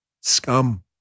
Scum